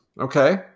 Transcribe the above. Okay